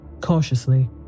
Cautiously